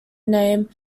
name